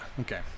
Okay